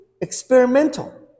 experimental